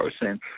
person